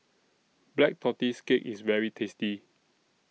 Black Tortoise Cake IS very tasty